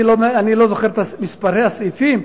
אני לא זוכר את מספרי הסעיפים.